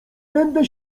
będę